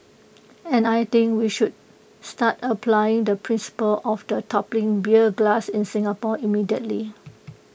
and I think we should start applying the principle of the toppling beer glass in Singapore immediately